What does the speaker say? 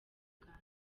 uganda